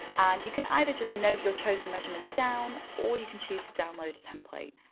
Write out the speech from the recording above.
and you can either just note your chosen measurements down, or you can choose to download a template.